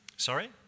sorry